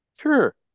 Sure